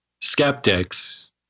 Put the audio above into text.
skeptics